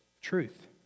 truth